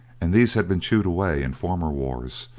and these had been chewed away in former wars,